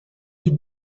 wie